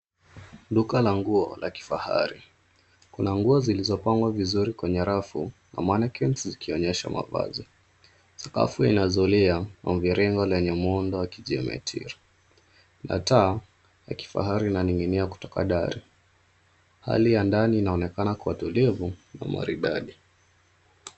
Duka la nguo la kifahari. Kuna nguo zilizopangwa vizuri kwenye rafu na manequinns zikionyesha mavazi. Sakafu ina zulia mviringo lenye muundo wa Kijemetia na taa ya kifahari inaning'inia kutoka dari. Hali ya ndani inaonekana kuwa tulivu na maridadi.